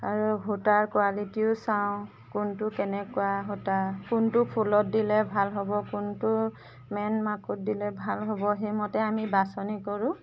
আৰু সূতাৰ কোৱালিটিও চাওঁ কোনটো কেনেকুৱা সূতা কোনটো ফুলত দিলে ভাল হ'ব কোনটো মেইন মাকোত দিলে ভাল হ'ব সেই মতে আমি বাচনি কৰোঁ